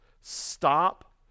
Stop